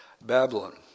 Babylon